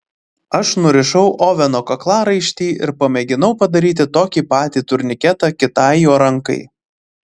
aš nurišau oveno kaklaraištį ir pamėginau padaryti tokį patį turniketą kitai jo rankai